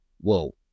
whoa